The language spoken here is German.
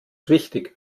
wichtig